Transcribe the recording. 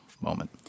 moment